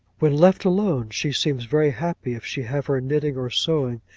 when left alone, she seems very happy if she have her knitting or sewing,